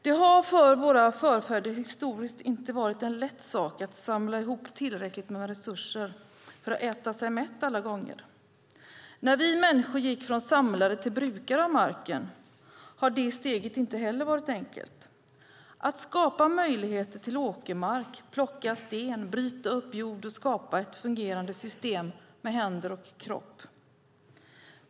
Det har för våra förfäder, historiskt, inte alltid varit en lätt sak att samla ihop tillräckligt med resurser för att äta sig mätt. När vi människor gick från att vara samlare till att vara brukare av marken var det steget inte heller enkelt. Det handlar om att skapa möjligheter till åkermark, att plocka sten, att bryta upp jord och skapa ett fungerande system med händer och kropp.